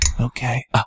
Okay